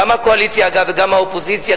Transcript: לגפני אפשר לקרוא קריאות ביניים,